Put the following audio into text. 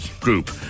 group